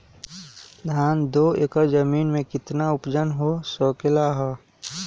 धान दो एकर जमीन में कितना उपज हो सकलेय ह?